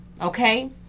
Okay